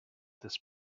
this